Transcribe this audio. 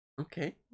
okay